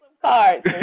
cards